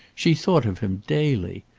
she thought of him daily.